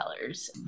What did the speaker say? colors